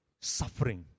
suffering